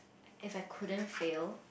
if I couldn't fail